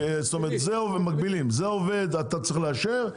אתה צריך לאשר,